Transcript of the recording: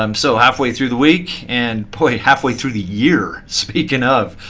um so halfway through the week, and boy, halfway through the year, speaking of.